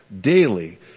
daily